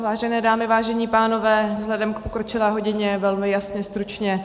Vážené dámy, vážení pánové, vzhledem k pokročilé hodině velmi jasně, stručně.